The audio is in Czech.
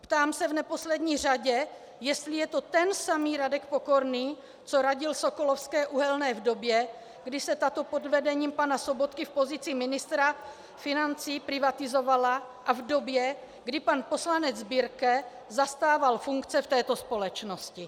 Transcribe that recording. Ptám se v neposlední řadě, jestli je to ten samý Radek Pokorný, co radil Sokolovské uhelné v době, kdy se tato pod vedením pana Sobotky v pozici ministra financí privatizovala, a v době, kdy pan poslanec Birke zastával funkce v této společnosti.